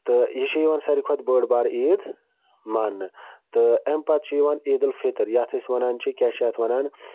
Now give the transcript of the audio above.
تہٕ یہِ چھِ یِوان ساروی کھۄتہٕ بٔڑ بارٕ عیٖد مانٛنہٕ تہٕ اَمہِ پَتہٕ چھِ یِوان عیٖد الفطر یَتھ أسۍ وَنان چھِ کیٛاہ چھِ اَتھ وَنان